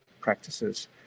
practices